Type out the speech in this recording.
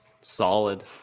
Solid